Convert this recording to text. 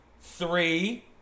three